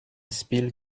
spiel